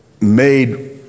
made